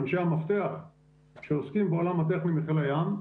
אנשי המפתח שעוסקים בעולם הטכני בחיל הים,